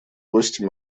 гости